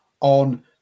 on